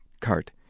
cart